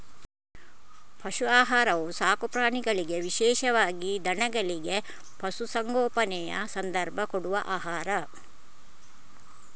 ಪಶು ಆಹಾರವು ಸಾಕು ಪ್ರಾಣಿಗಳಿಗೆ ವಿಶೇಷವಾಗಿ ದನಗಳಿಗೆ, ಪಶು ಸಂಗೋಪನೆಯ ಸಂದರ್ಭ ಕೊಡುವ ಆಹಾರ